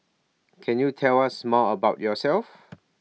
can you tell us more about yourself